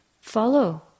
follow